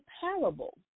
parable